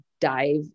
dive